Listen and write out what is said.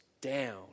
down